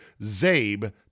ZABE